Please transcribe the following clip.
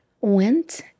went